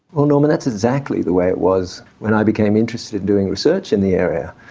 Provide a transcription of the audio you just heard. well norman that's exactly the way it was when i became interested in doing research in the area.